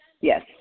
Yes